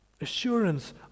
assurance